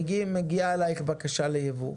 מגיעה אלייך בקשה ליבוא,